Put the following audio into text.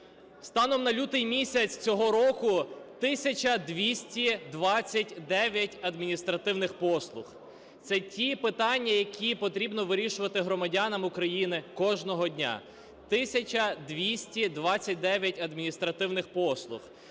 Станом на лютий місяць цього року – 1 тисяча 229 адміністративних послуг. Це ті питання, які потрібно вирішувати громадянам України кожного дня. 1 тисяча 229 адміністративних послуг